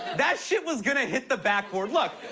that shit was gonna hit the backboard. look,